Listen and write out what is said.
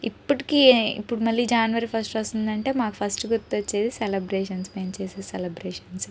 ఇప్పటికీ ఇప్పుడు మళ్ళీ జాన్వరి ఫస్ట్ వస్తుంది అంటే మాకు ఫస్ట్ గుర్తు వచ్చేది సెలబ్రేషన్స్ మేము చేసే సెలబ్రేషన్స్